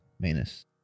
minus